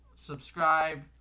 subscribe